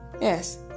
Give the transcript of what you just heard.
yes